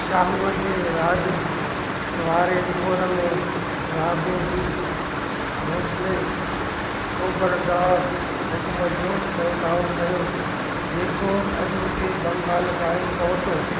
शाहू जे राज वारे दौर में राघोजी भोसले ओभर ॾांहुं हुकूमतु जो फहिलाउ कयो जेको अजोके बंगाल ताईं पहुतो